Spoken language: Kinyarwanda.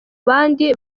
bandi